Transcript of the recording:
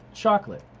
chocolate.